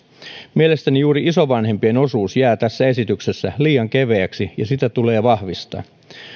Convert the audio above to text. mielestäni juuri isovanhempien osuus jää tässä esityksessä liian keveäksi ja sitä tulee vahvistaa